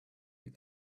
you